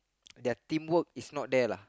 their teamwork is not there lah